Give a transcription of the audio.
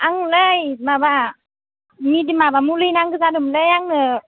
आंलाय माबा निधि माबा मुलि नांगौ जादोंमोनलै आंनो